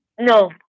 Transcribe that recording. No